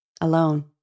alone